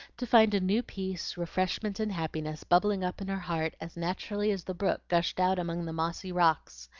to find a new peace, refreshment, and happiness, bubbling up in her heart as naturally as the brook gushed out among the mossy rocks,